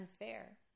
unfair